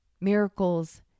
miracles